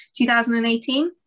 2018